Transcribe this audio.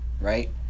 right